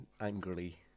angrily